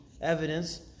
evidence